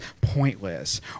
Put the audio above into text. pointless